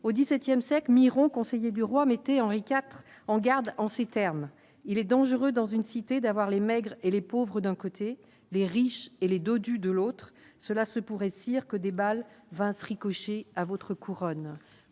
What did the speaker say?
au 17ème siècle, Miron, conseiller du roi, mettez Henri IV en garde en ces termes : il est dangereux dans une cité d'avoir les maigres et les pauvres, d'un côté, les riches et les dodus, de l'autre, cela se pourrait cirque des balles Vince ricocher à votre couronne